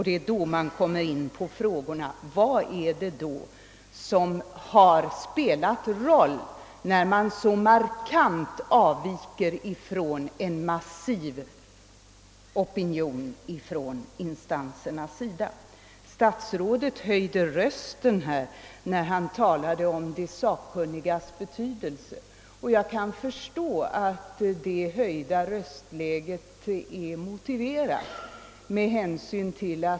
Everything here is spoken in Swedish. Det är då man kommer till frågan: Vad är det som spelar roll om man markant avviker från en massiv opinion hos instanserna? Statsrådet höjde rösten när han talade om de sakkunnigas betydelse. Jag kan förstå att det höjda röstläget är motiverat.